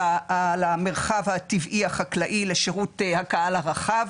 המרחב הטבעי החקלאי לשירות הקהל הרחב.